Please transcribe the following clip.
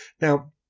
Now